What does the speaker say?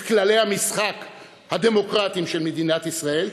את כללי המשחק הדמוקרטיים של מדינת ישראל,